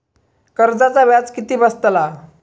कर्जाचा व्याज किती बसतला?